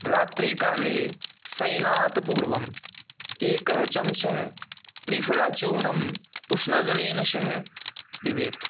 रात्रिकाले शयनात् पूर्वं एकः चमसः त्रिफलाचूर्णं उष्णजलेन सह पिबेत्